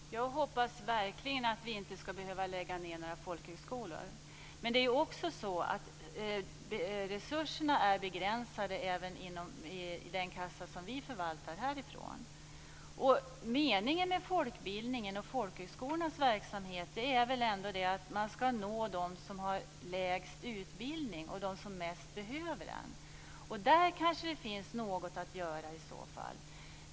Fru talman! Jag hoppas verkligen att vi inte skall behöva lägga ned några folkhögskolor. Men det är ju också så att resurserna är begränsade, även i den kassa som vi förvaltar härifrån. Meningen med folkbildningen och folkhögskolornas verksamhet är väl ändå att nå dem som har lägst utbildning och dem som mest behöver utbildning. Där finns det kanske något att göra i så fall.